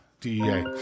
DEA